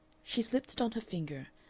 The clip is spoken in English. she slipped it on her finger,